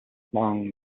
long